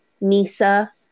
Nisa